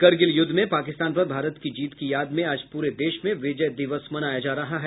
करगिल युद्ध में पाकिस्तान पर भारत की जीत की याद में आज पूरे देश में विजय दिवस मनाया जा रहा है